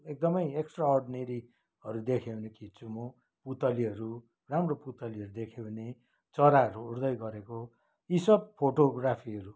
एकदमै एक्स्ट्रा अर्डिनेरीहरू देखेँ भने खिच्छु म पुतलीहरू राम्रो पुतलीहरू देखेँ भने चराहरू उड्दै गरेको यी सब फोटोग्राफीहरू